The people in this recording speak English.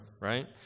right